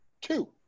two